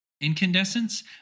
incandescence